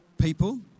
people